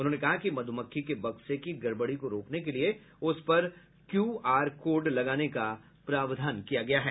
उन्होंने कहा कि मधुमक्खी के बक्से की गड़बड़ी को रोकने के लिए उस पर क्यूआर कोड लगाने का प्रावधान किया गया है